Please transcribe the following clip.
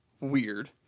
weird